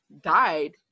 died